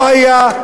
לא היה,